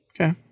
Okay